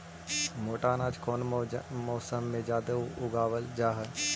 मोटा अनाज कौन मौसम में जादे उगावल जा हई?